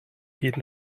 jeden